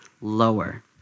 lower